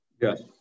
Yes